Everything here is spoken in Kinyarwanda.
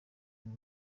uru